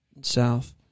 South